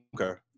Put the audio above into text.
Okay